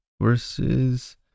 versus